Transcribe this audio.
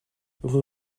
rue